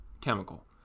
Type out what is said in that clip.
chemical